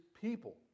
people